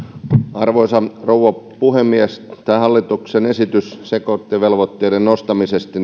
arvoisa rouva puhemies tämä hallituksen esitys sekoitevelvoitteiden nostamisesta